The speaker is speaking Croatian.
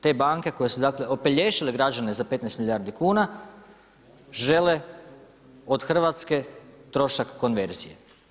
Te banke koje su dakle, opelješile građane za 15 milijardi kuna, žele od Hrvatske trošak konverzije.